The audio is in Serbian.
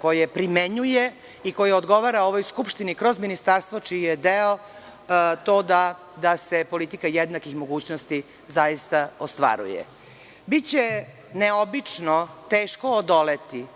koje primenjuje i koje odgovara ovoj Skupštini kroz ministarstvo, čiji je deo to da se politika jednakih mogućnosti zaista ostvaruje. Biće neobično teško odoleti